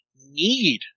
need